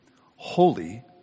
holy